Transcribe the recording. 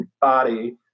body